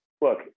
Look